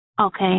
okay